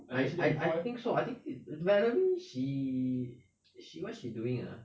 I I I think so I think it's valerie she she what's she doing ah